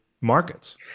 Markets